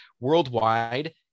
worldwide